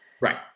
right